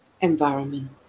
environment